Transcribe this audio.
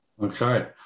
okay